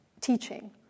teaching